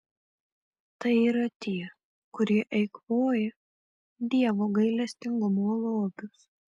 tai yra tie kurie eikvoja dievo gailestingumo lobius